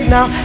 Now